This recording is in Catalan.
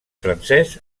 francès